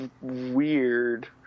weird